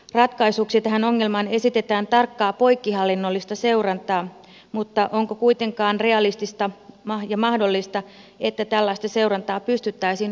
ratkaisuksi tähän ongelmaan esitetään tarkkaa poikkihallinnollista seurantaa mutta onko kuitenkaan realistista ja mahdollista että tällaista seurantaa pystyttäisiin toteuttamaan